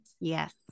Yes